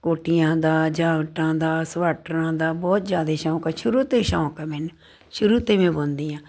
ਕੋਟੀਆਂ ਦਾ ਜਾਕਟਾਂ ਦਾ ਸਵੈਟਰਾਂ ਦਾ ਬਹੁਤ ਜ਼ਿਆਦਾ ਸ਼ੌਂਕ ਆ ਸ਼ੁਰੂ ਤੋਂ ਹੀ ਸ਼ੌਂਕ ਆ ਮੈਨੂੰ ਸ਼ੁਰੂ ਤੋਂ ਮੈਂ ਬੁਣਦੀ ਹਾਂ